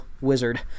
wizard